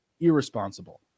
Irresponsible